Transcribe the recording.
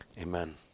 Amen